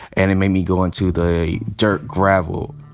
and it made me go into the dirt gravel.